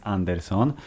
Anderson